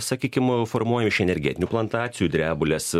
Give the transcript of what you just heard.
sakykim formuojami iš energetinių plantacijų drebulės